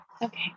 Okay